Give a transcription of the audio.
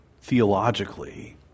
theologically